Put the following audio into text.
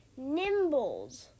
Nimbles